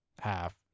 half